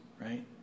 right